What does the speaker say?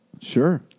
Sure